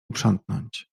uprzątnąć